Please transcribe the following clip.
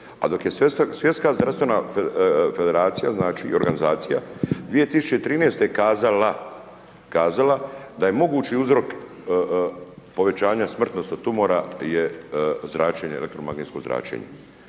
A dok je Svjetska zdravstvena organizacija 2013.-te kazala da je mogući uzrok povećanja smrtnosti od tumora je zračenje, elektromagnetsko zračenje,